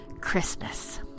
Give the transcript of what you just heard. Christmas